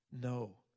No